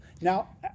now